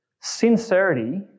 sincerity